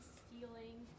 stealing